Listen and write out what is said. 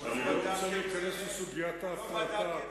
אני לא רוצה להיכנס לסוגיית ההפרטה,